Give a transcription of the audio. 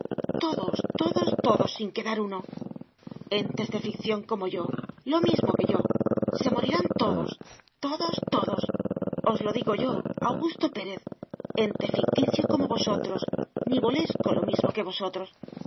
todos todos todos sin quedar uno entes de ficción como yo lo mismo que yo se morirán todos todos todos os lo digo yo augusto pérez ente ficticio como vosotros nivolesco lo mismo que vosotros